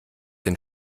den